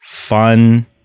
Fun